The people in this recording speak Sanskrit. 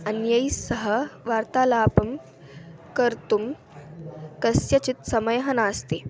अन्यैस्सह वार्तालापं कर्तुं कस्यचित् समयः नास्ति